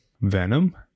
Venom